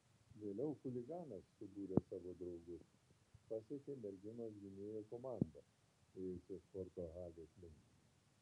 vėliau chuliganas subūręs savo draugus pasekė merginos gynėjo komandą ėjusią sporto halės link